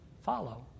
follow